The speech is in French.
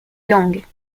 langues